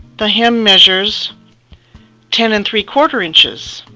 the hem measures ten and three-quarter inches.